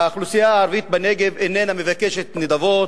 האוכלוסייה הערבית בנגב איננה מבקשת נדבות,